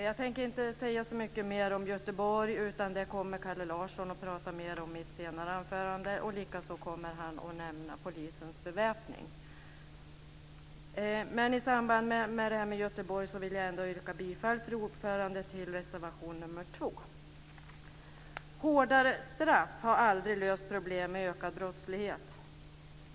Jag tänker inte säga så mycket mer om Göteborgsmötet, utan det kommer Kalle Larsson att tala mer om senare i sitt anförande, likaså kommer han att nämna om polisens beväpning. I samband med frågan om Göteborg yrkar jag ändå bifall till reservation 2. Hårdare straff har aldrig löst problem med ökad brottslighet.